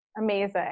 Amazing